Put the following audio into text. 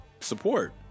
support